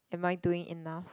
am I doing enough